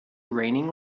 raining